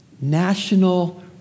national